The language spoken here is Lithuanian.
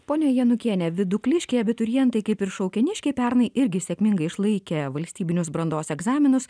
ponia janukiene vidukliškiai abiturientai kaip ir šaukėniškiai pernai irgi sėkmingai išlaikė valstybinius brandos egzaminus